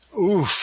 oof